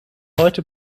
heute